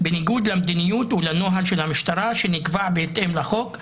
בניגוד למדיניות ולנוהל של המשטרה שנקבע בהתאם לחוק,